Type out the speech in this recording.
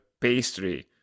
pastry